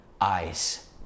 eyes